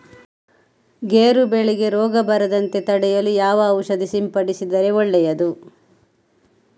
ಗೇರು ಬೆಳೆಗೆ ರೋಗ ಬರದಂತೆ ತಡೆಯಲು ಯಾವ ಔಷಧಿ ಸಿಂಪಡಿಸಿದರೆ ಒಳ್ಳೆಯದು?